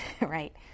right